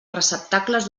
receptacles